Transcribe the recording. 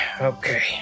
okay